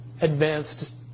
advanced